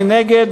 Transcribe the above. מי נגד?